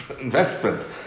investment